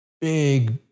big